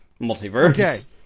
multiverse